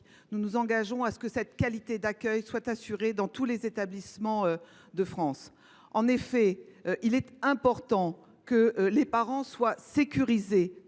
nous nous engageons à ce que cette qualité d’accueil soit assurée dans tous les établissements de France. Il est important que les parents soient sécurisés.